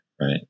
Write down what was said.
right